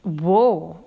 !whoa!